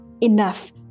enough